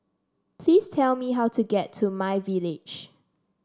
please tell me how to get to my Village